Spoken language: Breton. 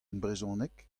brezhoneg